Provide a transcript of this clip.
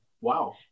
Wow